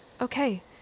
Okay